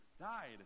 died